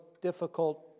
difficult